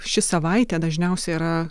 ši savaitė dažniausia yra